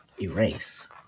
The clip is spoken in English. Erase